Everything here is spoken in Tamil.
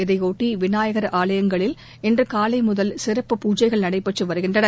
இதையொட்டி விநாயகர் ஆலயங்களில் இன்று காலை முதல் சிறப்பு பூஜைகள் நடைபெற்று வருகின்றன